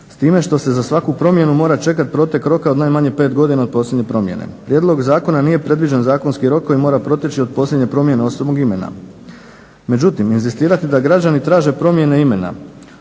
s time što se za svaku promjenu mora čekati protek roka od najmanje 5 godina od posljednje promjene. Prijedlog zakona nije predviđen zakonski rok koji mora proći od posljednje promjene osobnog imena. Međutim, inzistirati da građani traže promjene imena